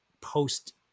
post